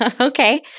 Okay